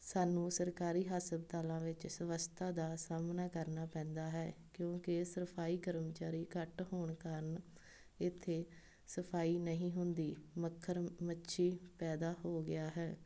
ਸਾਨੂੰ ਸਰਕਾਰੀ ਹਸਪਤਾਲਾਂ ਵਿੱਚ ਸਮੱਸਿਆ ਦਾ ਸਾਹਮਣਾ ਕਰਨਾ ਪੈਂਦਾ ਹੈ ਕਿਉਂਕਿ ਸਫ਼ਾਈ ਕਰਮਚਾਰੀ ਘੱਟ ਹੋਣ ਕਾਰਣ ਇੱਥੇ ਸਫ਼ਾਈ ਨਹੀਂ ਹੁੰਦੀ ਮੱਛਰ ਮੱਖੀ ਪੈਦਾ ਹੋ ਗਿਆ ਹੈ